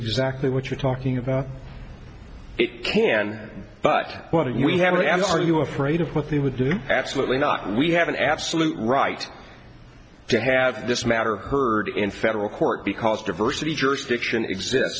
exactly what you're talking about it can but what if we have the answers are you afraid of what they would do absolutely not we have an absolute right to have this matter heard in federal court because diversity jurisdiction exist